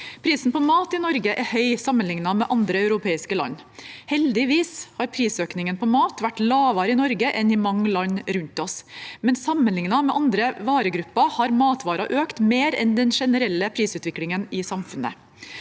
Prisen på mat i Norge er høy sammenlignet med andre europeiske land. Heldigvis har prisøkningen på mat vært lavere i Norge enn i mange land rundt oss, men sammenlignet med andre varegrupper har prisen på matvarer økt mer enn den generelle prisutviklingen i samfunnet.